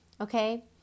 okay